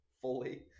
fully